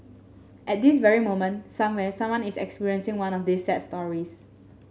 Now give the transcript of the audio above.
at this very moment somewhere someone is experiencing one of these sad stories